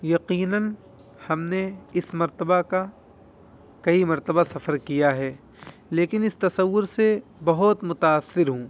یقیناً ہم نے اس مرتبہ کا کئی مرتبہ سفر کیا ہے لیکن اس تصور سے بہت متاثر ہوں